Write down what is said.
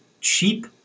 cheap